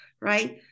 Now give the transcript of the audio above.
right